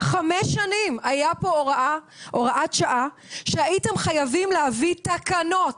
חמש שנים היה פה הוראת שעה שהייתם חייבים להביא תקנות.